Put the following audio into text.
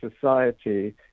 society